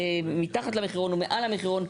מתחת למחירון או מעל למחירון,